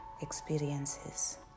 experiences